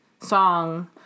song